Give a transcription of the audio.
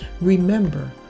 Remember